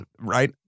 Right